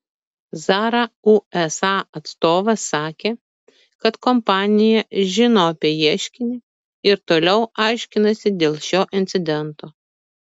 zara usa atstovas sakė kad kompanija žino apie ieškinį ir toliau aiškinasi dėl šio incidento